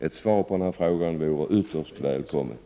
Ett svar på den här frågan vore ytterst välkommet.